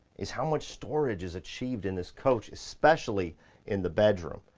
is how much storage is achieved in this coach, especially in the bedroom.